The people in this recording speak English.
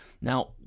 Now